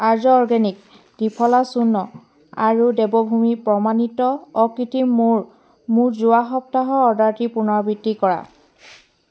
আৰ্য organic triphala চূৰ্ণ আৰু দেৱভূমি প্ৰমাণিত অকৃত্ৰিম মৌৰ মোৰ যোৱা সপ্তাহৰ অৰ্ডাৰটোৰ পুনৰাবৃত্তি কৰা